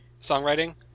songwriting